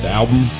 album